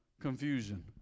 confusion